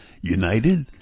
united